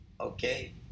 okay